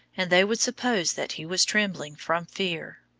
and they would suppose that he was trembling from fear.